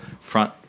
front